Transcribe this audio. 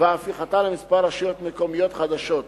והפיכתה לכמה רשויות מקומיות חדשות.